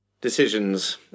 Decisions